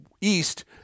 east